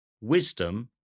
Wisdom